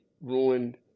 ruined